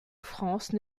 france